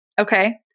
Okay